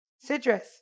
Citrus